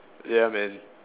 ya man